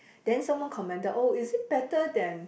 then someone commented oh is it better than